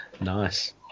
Nice